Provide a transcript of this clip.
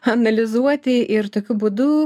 analizuoti ir tokiu būdu